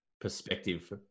perspective